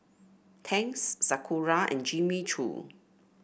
Tangs Sakura and Jimmy Choo